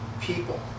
people